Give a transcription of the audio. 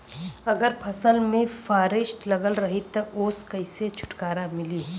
अगर फसल में फारेस्ट लगल रही त ओस कइसे छूटकारा मिली?